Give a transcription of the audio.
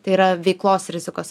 tai yra veiklos rizikos